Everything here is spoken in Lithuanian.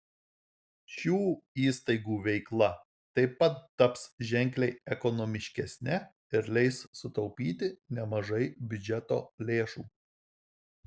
šių įstaigų veikla taip pat taps ženkliai ekonomiškesne ir leis sutaupyti nemažai biudžeto lėšų